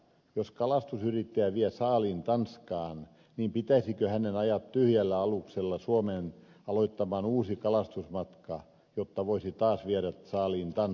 jos kalastusyrittäjä vie saaliin tanskaan niin pitäisikö hänen ajaa tyhjällä aluksella suomeen aloittamaan uusi kalastusmatka jotta voisi taas viedä saaliin tanskaan